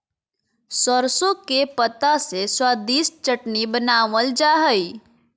सरसों के पत्ता से स्वादिष्ट चटनी बनावल जा हइ